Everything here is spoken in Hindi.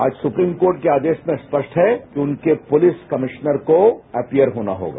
आज सुप्रीम कोर्ट के आदेश में स्पष्ट है कि उनके पुलिस कमिश्नर को अपेयर होना होगा